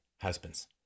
husbands